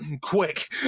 quick